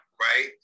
right